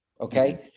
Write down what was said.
okay